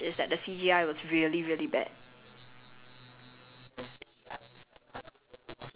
ya and that's why that's the first backlash it got then the second backlash is that the C_G_I was really really bad